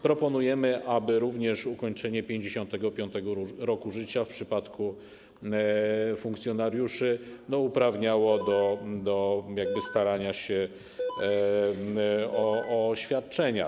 Proponujemy, aby również ukończenie 55. roku życia w przypadku funkcjonariuszy uprawniało do starania się o świadczenia.